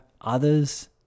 Others